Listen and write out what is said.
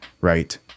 right